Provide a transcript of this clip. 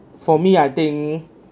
for me I think